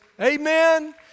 Amen